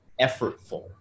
effortful